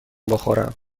بخورم